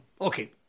Okay